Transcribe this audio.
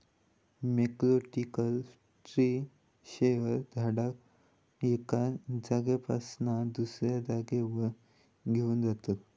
mechanical tree shaker झाडाक एका जागेपासना दुसऱ्या जागेवर घेऊन जातत